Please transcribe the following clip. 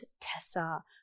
Tessa